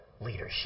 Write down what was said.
leadership